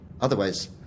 Otherwise